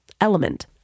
Element